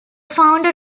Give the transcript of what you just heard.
founder